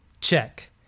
check